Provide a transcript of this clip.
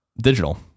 digital